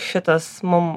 šitas mum